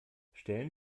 stellen